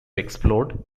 explode